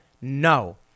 no